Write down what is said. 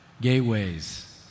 gateways